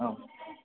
औ